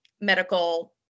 medical